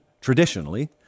traditionally